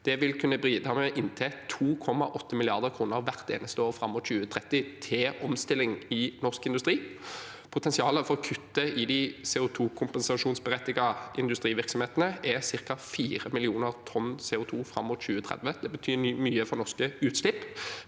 Det vil kunne bidra med inntil 2,8 mrd. kr hvert eneste år fram mot 2030 til omstilling i norsk industri. Potensialet for å kutte i de CO2-kompensasjonsberettigede industrivirksomhetene er ca. 4 millioner tonn CO2 fram mot 2030. Det betyr mye for norske utslipp,